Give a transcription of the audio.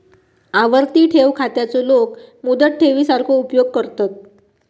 आवर्ती ठेव खात्याचो लोक मुदत ठेवी सारखो उपयोग करतत